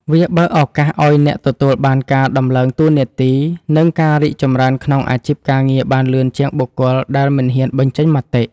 វាបើកឱកាសឱ្យអ្នកទទួលបានការតម្លើងតួនាទី និងការរីកចម្រើនក្នុងអាជីពការងារបានលឿនជាងបុគ្គលដែលមិនហ៊ានបញ្ចេញមតិ។